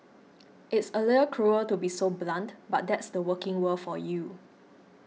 it's a little cruel to be so blunt but that's the working world for you